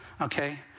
Okay